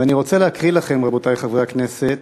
ואני רוצה להקריא לכם, חברי חברי הכנסת,